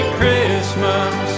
Christmas